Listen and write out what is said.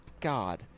God